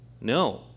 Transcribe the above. No